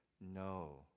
no